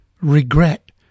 regret